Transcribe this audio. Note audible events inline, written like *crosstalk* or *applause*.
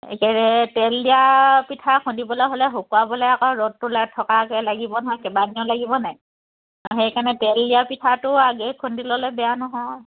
*unintelligible* তেল দিয়া পিঠা খুন্দিবলৈ হ'লে শুকুৱাবলৈ আকৌ ৰ'দটো লাই থকাকৈ লাগিব নহয় কেইবা দিনো লাগিব নাই সেইকাৰণে তেল দিয়া পিঠাটো আগেই খুন্দি ল'লে বেয়া নহয়